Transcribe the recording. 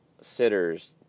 sitters